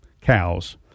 cows